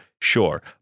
Sure